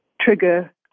trigger